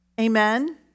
amen